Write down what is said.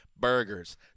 Burgers